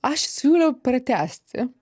aš siūliau pratęsti